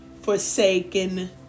forsaken